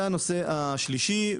זה הנושא השלישי.